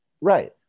right